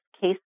case